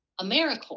AmeriCorps